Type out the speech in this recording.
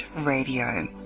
Radio